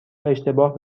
اشتباه